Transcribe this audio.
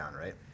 right—